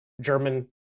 German